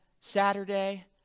Saturday